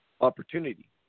opportunity